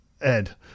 Ed